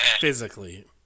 physically